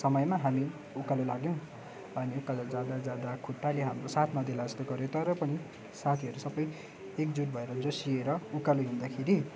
समयमा हामी उकालो लाग्यौँ अनि उकालो जाँदा जाँदा खुट्टाले हाम्रो साथ नदेला जस्तो गर्यो तर पनि साथीहरू सबै एकजुट भएर जोसिएर उकालो हिँड्दाखेरि